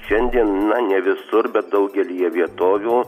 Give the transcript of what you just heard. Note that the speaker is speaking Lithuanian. šiandien na ne visur bet daugelyje vietovių